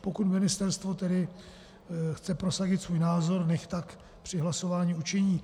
Pokud ministerstvo tedy chce prosadit svůj názor, nechť tak při hlasování učiní.